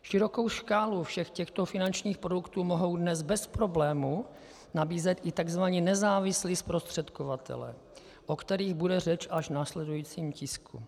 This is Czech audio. Širokou škálu všech těchto finančních produktů mohou dnes bez problémů nabízet i tzv. nezávislí zprostředkovatelé, o kterých bude řeč až v následujícím tisku.